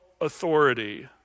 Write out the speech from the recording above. authority